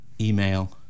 email